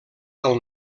del